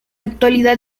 actualidad